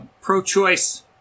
pro-choice